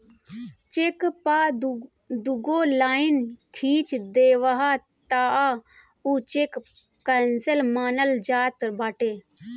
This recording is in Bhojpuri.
चेक पअ दुगो लाइन खिंच देबअ तअ उ चेक केंसल मानल जात बाटे